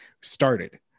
started